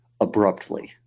abruptly